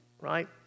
right